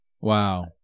Wow